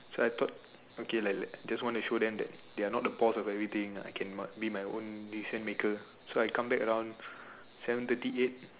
so I thought okay like let just wanna show them that they are not the boss of everything like I can what be my own decision maker so I come back around seven thirty eight